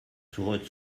suche